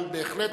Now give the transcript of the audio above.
אבל בהחלט,